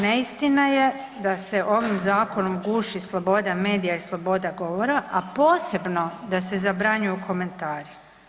Neistina je da se ovim zakonom guši sloboda medija i sloboda govora a posebno da se zabranjuju komentari.